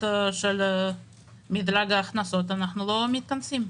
של מדרג ההכנסות ואנחנו לא מתכנסים.